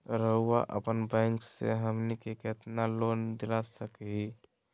रउरा अपन बैंक से हमनी के कितना लोन दिला सकही?